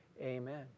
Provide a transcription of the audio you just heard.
amen